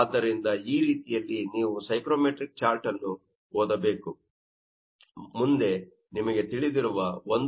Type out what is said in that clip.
ಆದ್ದರಿಂದ ಈ ರೀತಿಯಲ್ಲಿ ನೀವು ಈ ಸೈಕ್ರೋಮೆಟ್ರಿಕ್ ಚಾರ್ಟ್ ಅನ್ನು ಓದಬೇಕು ಮುಂದೆ ನಿಮಗೆ ತಿಳಿದಿರುವ 1